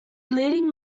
leading